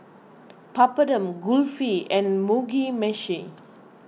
Papadum Kulfi and Mugi Meshi